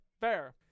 fair